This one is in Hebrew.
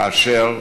כאשר